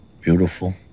beautiful